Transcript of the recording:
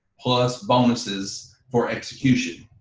plus bonuses for execution.